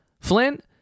Flint